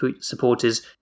supporters